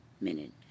minute